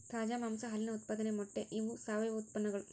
ತಾಜಾ ಮಾಂಸಾ ಹಾಲಿನ ಉತ್ಪಾದನೆ ಮೊಟ್ಟೆ ಇವ ಸಾವಯುವ ಉತ್ಪನ್ನಗಳು